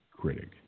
critic